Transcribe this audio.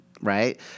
Right